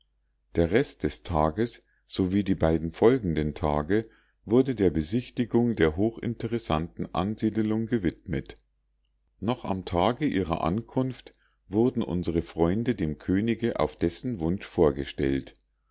der rest des tages sowie die beiden folgenden tage wurden der besichtigung der hochinteressanten ansiedelung gewidmet noch am tage ihrer ankunft wurden unsere freunde dem könige auf dessen wunsch vorgestellt